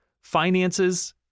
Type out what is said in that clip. finances